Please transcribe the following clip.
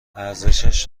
ارزشش